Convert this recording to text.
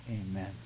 Amen